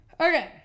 Okay